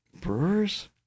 Brewers